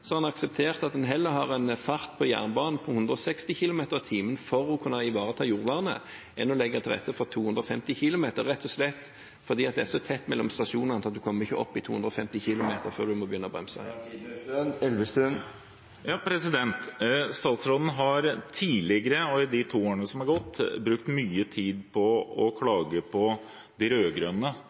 har en akseptert at en heller har en fart på jernbanen på 160 km/t for å kunne ivareta jordvernet enn å legge til rette for 250 km/t, rett og slett fordi det er så tett mellom stasjonene at en ikke kommer opp i 250 km/t før en må begynne å bremse. Statsråden har tidligere, i de to årene som har gått, brukt mye tid på å klage på den rød-grønne regjeringen og den underdimensjoneringen som de